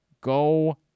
Go